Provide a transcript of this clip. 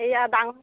এইয়া ডাঙ